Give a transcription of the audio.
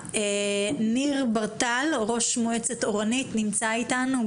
ניר ברטל, ראש מועצת אורנית נמצא איתנו.